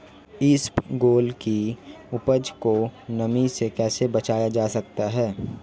इसबगोल की उपज को नमी से कैसे बचाया जा सकता है?